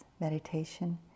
meditation